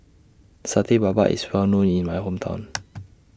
Satay Babat IS Well known in My Hometown